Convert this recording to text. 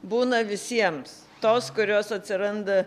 būna visiems tos kurios atsiranda